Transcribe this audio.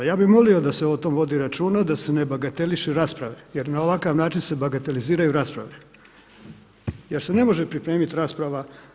Ja bih molio da se o tom vodi računa, da se ne bagatelišu rasprave jer na ovakav način se bagateliziraju rasprave jer se ne može pripremiti rasprava.